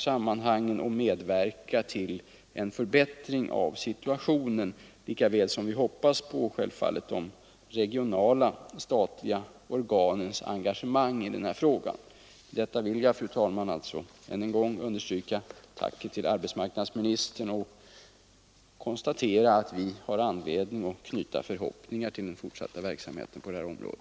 Självfallet hoppas vi också på de regionala statliga organens engagemang i denna fråga. Med detta vill jag, fru talman, än en gång understryka tacket till arbetsmarknadsministern och konstatera att vi har anledning att knyta förhoppningar till den fortsatta verksamheten på detta område.